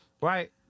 right